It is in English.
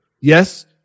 Yes